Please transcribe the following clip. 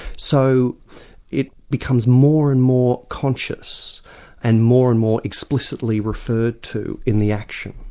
so it becomes more and more conscious and more and more explicitly referred to in the action.